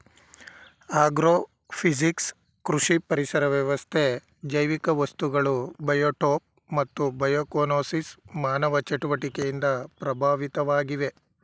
agrophysics ಕೃಷಿ ಪರಿಸರ ವ್ಯವಸ್ಥೆ ಜೈವಿಕ ವಸ್ತುಗಳು ಬಯೋಟೋಪ್ ಮತ್ತು ಬಯೋಕೋನೋಸಿಸ್ ಮಾನವ ಚಟುವಟಿಕೆಯಿಂದ ಪ್ರಭಾವಿತವಾಗಿವೆ